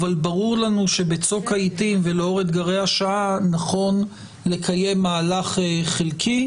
אבל ברור לנו שבצוק העתים ולאור אתגרי השעה נכון לקיים מהלך חלקי.